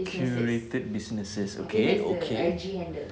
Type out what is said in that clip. curated businesses okay okay